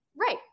Right